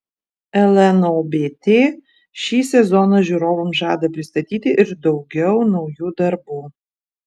lnobt šį sezoną žiūrovams žada pristatyti ir daugiau naujų darbų